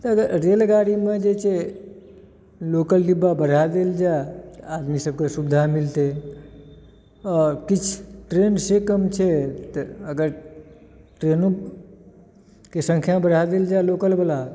रेलगाड़ीमे जे छै लोकल डिब्बा बढ़ा देल जाए आ आदमी सबकेँ सुविधा मिलतै किछु ट्रेनसँ कम छै तऽ अगर ट्रेनोके संख्या बढ़ा देल जाए लोकल वला